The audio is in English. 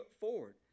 forward